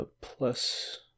Plus